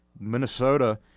Minnesota